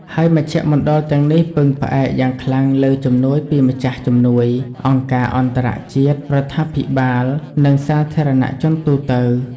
ហើយមជ្ឈមណ្ឌលទាំងនេះពឹងផ្អែកយ៉ាងខ្លាំងលើជំនួយពីម្ចាស់ជំនួយ អង្គការអន្តរជាតិ រដ្ឋាភិបាល និងសាធារណជនទូទៅ។